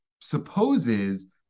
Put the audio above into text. supposes